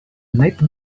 night